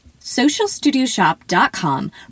socialstudioshop.com